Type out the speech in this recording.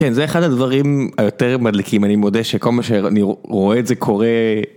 כן, זה אחד הדברים היותר מדליקים, אני מודה שכל מה שאני רואה את זה קורה...